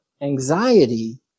anxiety